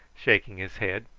shaking his head.